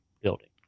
building